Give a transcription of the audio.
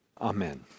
Amen